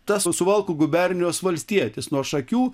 tas suvalkų gubernijos valstietis nuo šakių